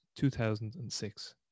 2006